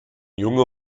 junger